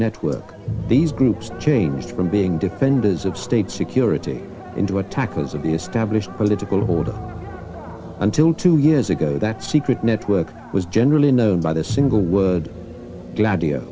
network these groups changed from being defenders of state security into attackers of the established political order until two years ago that secret network was generally known by the single wo